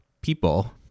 people